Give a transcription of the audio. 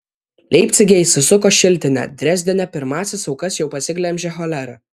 leipcige įsisuko šiltinė drezdene pirmąsias aukas jau pasiglemžė cholera